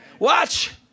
Watch